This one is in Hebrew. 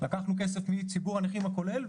לקחנו כסף מציבור הנכים הכולל,